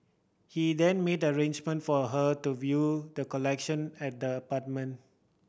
he then made arrangement for her to view the collection at the apartment